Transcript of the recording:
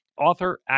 author